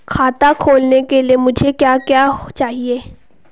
खाता खोलने के लिए मुझे क्या क्या चाहिए?